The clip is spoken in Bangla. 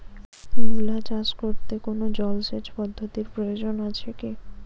মূলা চাষ করতে কোনো জলসেচ পদ্ধতির প্রয়োজন আছে কী?